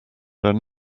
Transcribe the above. den